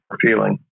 feeling